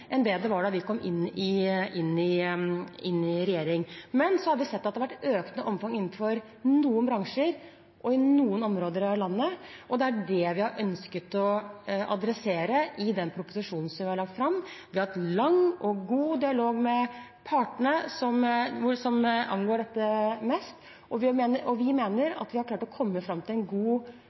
enn det var da vi kom i regjering. Men vi har sett at det har vært et økende omfang innenfor noen bransjer og i noen områder av landet, og det er det vi har ønsket å adressere i den proposisjonen vi har lagt fram. Vi har hatt en lang og god dialog med de partene i arbeidslivet som dette angår mest, og vi mener at vi har klart å komme fram til